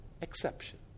exception